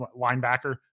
linebacker